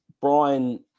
Brian